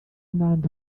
n’andi